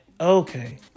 Okay